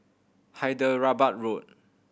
Hyderabad Road